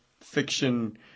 fiction